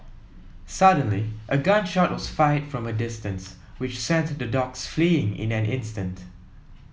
suddenly a gun shot was fired from a distance which sent the dogs fleeing in an instant